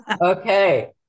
okay